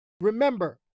Remember